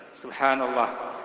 SubhanAllah